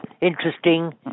interesting